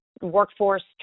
workforce